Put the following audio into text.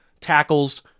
tackles